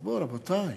רבותי,